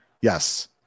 Yes